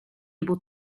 able